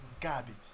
Garbage